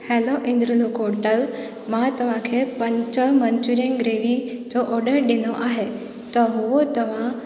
hello Indralok hotel मां तव्हांखे पंज मंचुरियन ग्रेवी जो ऑडर ॾिनो आहे त हुओ तव्हां